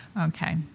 Okay